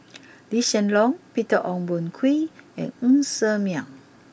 Lee Hsien Loong Peter Ong Boon Kwee and Ng Ser Miang